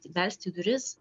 versti į duris